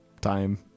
time